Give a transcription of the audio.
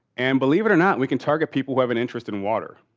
and, believe it or not, we can target people who have an interest in water.